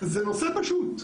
זה נושא פשוט,